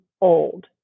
old